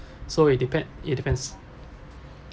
so it depend it depends